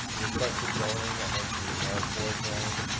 the requested zoning, i mentioned, is an r four zone.